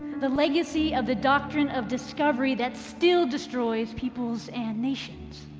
the legacy of the doctrine of discovery that still destroys peoples and nations.